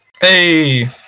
Hey